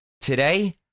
Today